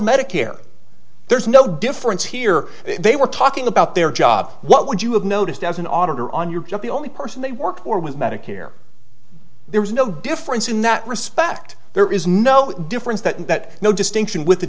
medicare there's no difference here they were talking about their job what would you have noticed as an auditor on your job the only person they worked for was medicare there is no difference in that respect there is no difference that and that no distinction with